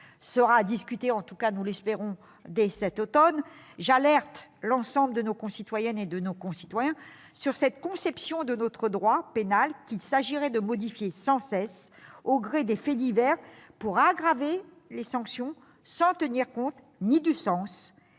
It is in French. sera discutée- en tout cas nous l'espérons -dès cet automne, j'alerte l'ensemble de nos concitoyens sur cette conception du droit pénal, qu'il s'agirait de modifier sans cesse au gré des faits divers pour aggraver les sanctions, sans tenir compte ni du sens